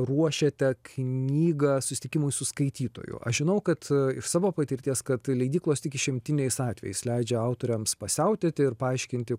ruošiate knygą susitikimui su skaitytoju aš žinau kad iš savo patirties kad leidyklos tik išimtiniais atvejais leidžia autoriams pasiautėti paaiškinti